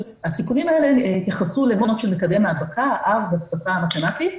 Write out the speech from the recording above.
הסיכונים האלה התייחסו למקדם ההדבקה R בשפה המתמטית,